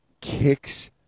kicks